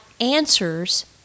answers